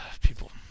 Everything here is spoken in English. People